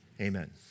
Amen